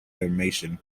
animation